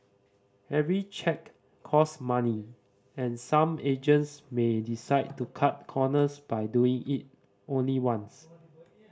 every check cost money and some agents may decide to cut corners by doing it only once